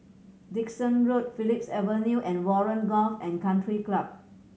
Dyson Road Phillips Avenue and Warren Golf and Country Club